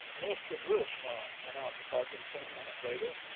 mr drishna, announced parkinson, a minute later.